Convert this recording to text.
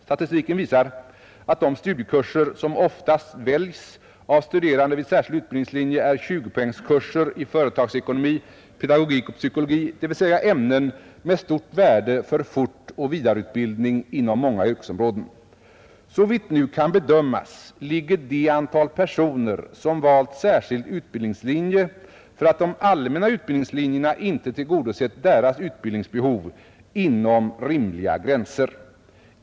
Statistiken visar att de studiekurser som oftast väljs av studerande på särskild utbildningslinje är 20-poängskurser i företagsekonomi, pedagogik och psykologi, dvs. ämnen med stort värde för fortoch vidareutbildning inom många yrkesområden. Såvitt nu kan bedömas ligger det antal personer, som valt särskild utbildningslinje för att de allmänna utbildningslinjerna inte tillgodosett deras utbildningsbehov, inom rimliga gränser.